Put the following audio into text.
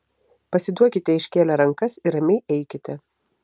pasiduokite iškėlę rankas ir ramiai eikite